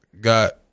got